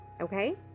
Okay